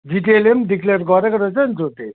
जिटिएले नै डिक्लिएर गरेको रहेछ नि छुट्टी